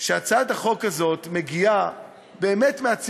שהצעת החוק הזאת מגיעה מהציבור.